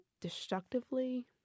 destructively